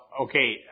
okay